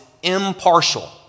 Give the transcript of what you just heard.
Impartial